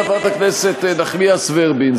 חברת הכנסת נחמיאס ורבין,